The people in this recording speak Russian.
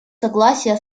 согласия